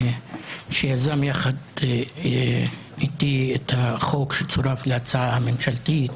שיזם יחד איתי את החוק שצורף להצעה הממשלתית,